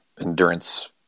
endurance